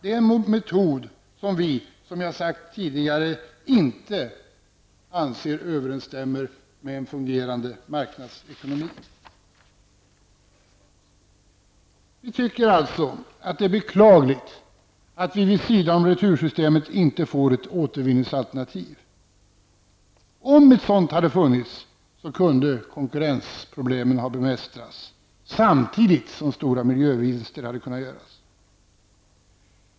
Det är en metod som vi inte anser överensstämmer med en fungerande marknadsekonomi. Vi tycker alltså att det är beklagligt att vi vid sidan av retursystemet inte får något återvinningsalternativ. Om ett sådant hade funnits, kunde konkurrensproblemen ha bemästrats, samtidigt som stora miljövinster hade kunnat göras.